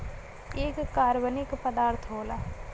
एक कार्बनिक पदार्थ होला